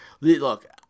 Look